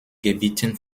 gebieten